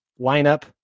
lineup